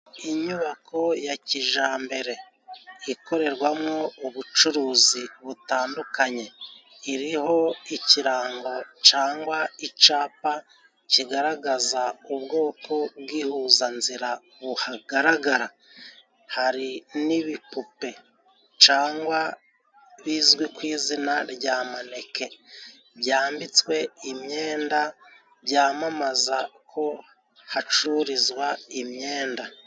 Inyubako ya kijambere. Ikorerwamo ubucuruzi butandukanye. Iriho ikirango cangwa icapa kigaragaza ubwoko bw'ihuzanzira buhagaragara. Hari n'ibipupe cangwa bizwi ku izina rya maneke byambitswe imyenda, byamamaza ko hacururizwa imyenda.